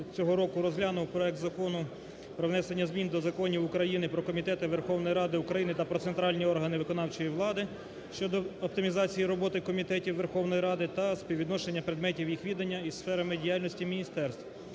цього року розглянув проект Закону про внесення змін до законів України "Про комітети Верховної Ради України" та "Про центральні органи виконавчої влади" щодо оптимізації роботи комітетів Верховної Ради України та співвідношення предметів їх відання із сферами діяльності міністерств,